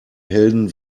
helden